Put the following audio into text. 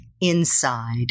inside